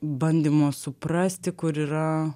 bandymo suprasti kur yra